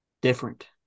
different